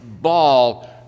ball